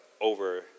over